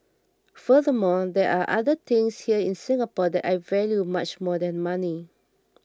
furthermore there are other things here in Singapore that I value much more than money